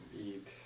eat